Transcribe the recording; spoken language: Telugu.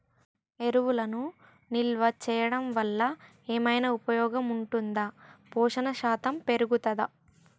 ఎరువులను నిల్వ చేయడం వల్ల ఏమైనా ఉపయోగం ఉంటుందా పోషణ శాతం పెరుగుతదా?